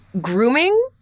Grooming